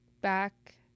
back